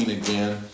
again